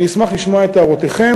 אני אשמח לשמוע את הערותיכם,